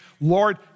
Lord